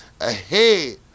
ahead